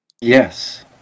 Yes